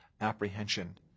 apprehension